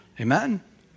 Amen